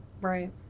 right